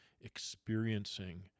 experiencing